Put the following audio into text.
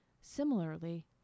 Similarly